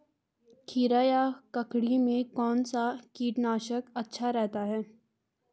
खीरा या ककड़ी में कौन सा कीटनाशक अच्छा रहता है?